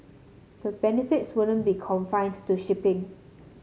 the benefits wouldn't be confined to shipping